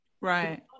Right